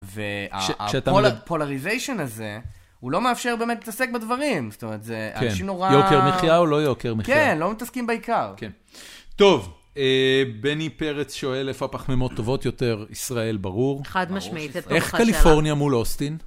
והפולריזיישן הזה, הוא לא מאפשר באמת להתעסק בדברים. זאת אומרת, כן זה אנשים נורא... יוקר מחייה או לא יוקר מחייה? כן, לא מתעסקים בעיקר. כן. טוב, בני פרץ שואל: "איפה הפחמימות טובות יותר?" ישראל, ברור. חד משמעית. איך קליפורניה מול אוסטין?